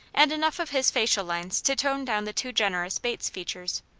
and enough of his facial lines to tone down the too generous bates features.